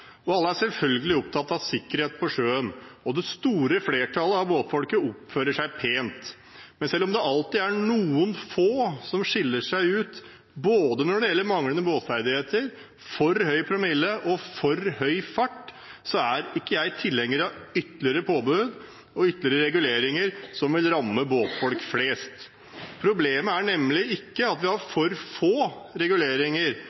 båt. Alle er selvfølgelig opptatt av sikkerhet på sjøen, og det store flertallet av båtfolket oppfører seg pent. Men selv om det alltid er noen få som skiller seg ut både når det gjelder manglende båtferdigheter, for høy promille og for høy fart, er ikke jeg tilhenger av ytterligere påbud og ytterligere reguleringer, som vil ramme båtfolk flest. Problemet er nemlig ikke at vi har for få reguleringer,